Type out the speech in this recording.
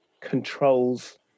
controls